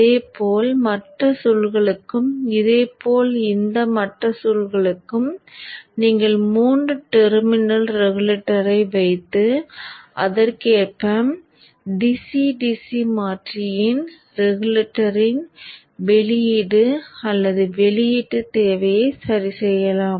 இதேபோல் மற்ற சுருள்களுக்கும் இதேபோல் இந்த மற்ற சுருள்களுக்கும் நீங்கள் மூன்று டெர்மினல் ரெகுலேட்டரை வைத்து அதற்கேற்ப dc dc மாற்றியின் ரெகுலேட்டரின் வெளியீடு அல்லது வெளியீட்டுத் தேவையை சரிசெய்யலாம்